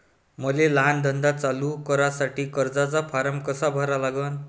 मले लहान धंदा चालू करासाठी कर्जाचा फारम कसा भरा लागन?